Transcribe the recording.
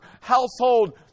household